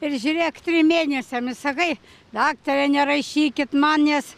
ir žiūrėk trim mėnesiam i sakai daktare nerašykit man nes